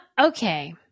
Okay